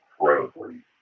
incredibly